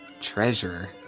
treasure